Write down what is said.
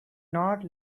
not